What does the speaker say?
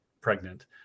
pregnant